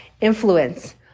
influence